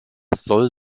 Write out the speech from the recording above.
soll